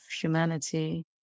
humanity